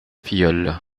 filleule